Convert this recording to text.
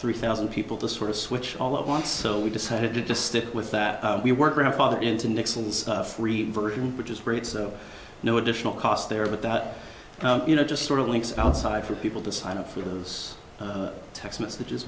three thousand people to sort of switch all of once so we decided to just stick with that we weren't grandfathered into nixon's free version which is great so no additional costs there but that you know just sort of links outside for people to sign up for those text messages